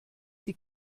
die